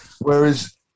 Whereas